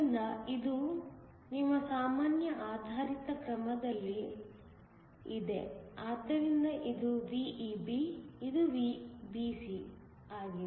ಆದ್ದರಿಂದ ಇದು ನಿಮ್ಮ ಸಾಮಾನ್ಯ ಆಧಾರಿತ ಕ್ರಮದಲ್ಲಿದೆ ಆದ್ದರಿಂದ ಇದು VEB ಇದು VBC ಆಗಿದೆ